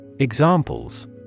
Examples